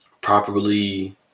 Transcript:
properly